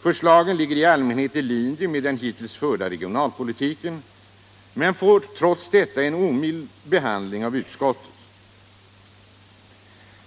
Förslagen ligger i allmänhet i linje med den hittills förda regionalpolitiken men får trots detta en omild behandling av utskottet.